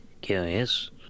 Curious